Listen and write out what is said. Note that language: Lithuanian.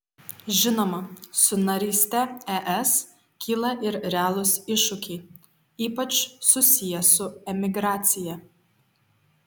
žinoma su naryste es kyla ir realūs iššūkiai ypač susiję su emigracija